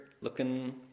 looking